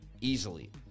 easily